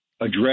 address